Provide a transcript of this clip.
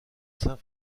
saint